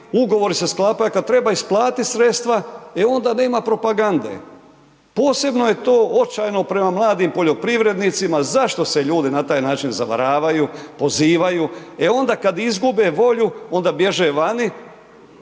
ugovori se sklapaju, kad treba isplatit sredstva, e onda nema propagande, posebno je to očajno prema mladim poljoprivrednicima, zašto se ljudi na taj način zavaravaju, pozivaju, e onda kad izgube volju, onda bježe vani,